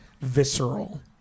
visceral